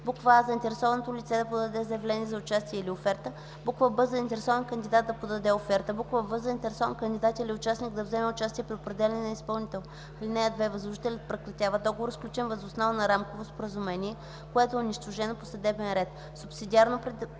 на: а) заинтересовано лице да подаде заявление за участие или оферта; б) заинтересован кандидат да подаде оферта; в) заинтересован кандидат или участник да вземе участие при определяне на изпълнител. (2) Възложителят прекратява договор, сключен въз основа на рамково споразумение, което е унищожено по съдебен ред.” „Субсидиарно прилагане”